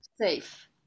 safe